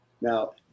Now